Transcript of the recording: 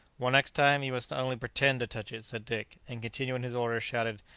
well, next time, you must only pretend to touch it, said dick and, continuing his orders, shouted,